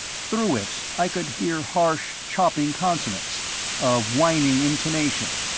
through it i could hear harsh chopping consonants, a whining intonation.